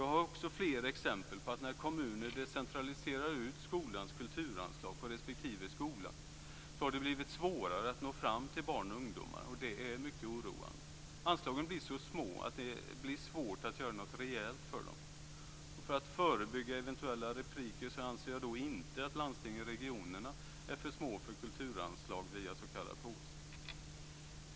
Jag har flera exempel på att när kommuner decentraliserat ut skolans kulturanslag på respektive skola har det blivit svårare att nå fram till barn och ungdomar, vilket är mycket oroande. Anslagen blir så små att det blir svårt att göra något rejält för dem. För att förebygga eventuella repliker anser jag inte att landstingen/regionerna är för små för kulturanslag via s.k. påse.